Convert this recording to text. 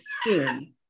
skin